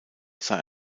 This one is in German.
sah